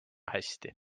hästi